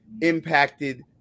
impacted